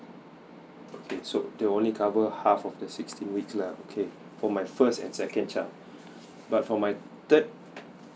okay so they only cover half of the sixteen weeks lah okay for my first and second child but for my third